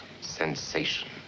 sensation